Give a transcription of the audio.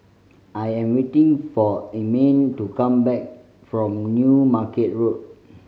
I am waiting for Ermine to come back from New Market Road